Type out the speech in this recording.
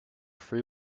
free